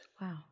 Wow